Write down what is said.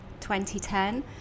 2010